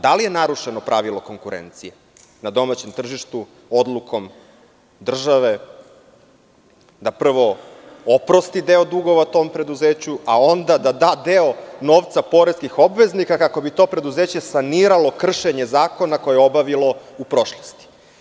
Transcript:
Da li je narušeno pravilo konkurencije na domaćem tržištu odlukom države da prvo oprosti deo dugova tom preduzeću, a onda da da deo novca poreskih obveznika kako bi to preduzeće saniralo kršenje zakona koje je obavilo u prošlosti?